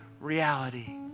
reality